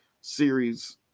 series